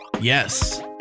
yes